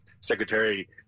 Secretary